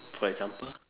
for example